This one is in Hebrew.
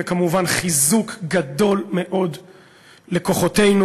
וכמובן חיזוק גדול מאוד לכוחותינו